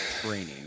training